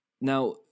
Now